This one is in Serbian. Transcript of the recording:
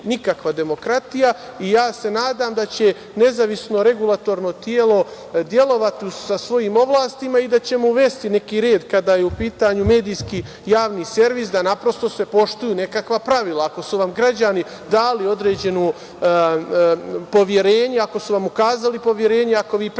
nikakva demokratija i ja se nadam da će nezavisno regulatorno telo delovati sa svojim ovlastima i da ćemo uvesti neki red kada je u pitanju medijski Javni servis da naprosto se poštuju nekakva pravila. Ako su vam građani dali određeno poverenje, ako su vam ukazali poverenje, ako vi predstavljate